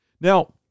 Now